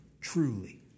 truly